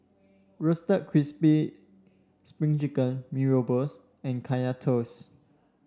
Roasted Crispy Spring Chicken Mee Rebus and Kaya Toast